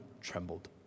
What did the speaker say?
trembled